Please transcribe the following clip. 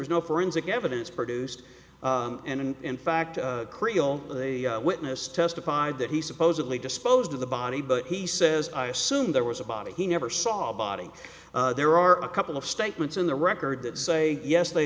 was no forensic evidence produced and in fact creel witness testified that he supposedly disposed of the body but he says i assume there was a body he never saw a body there are a couple of statements in the record that say yes they